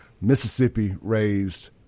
Mississippi-raised